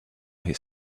his